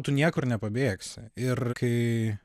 tu niekur nepabėgsi ir kai